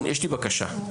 בקשה.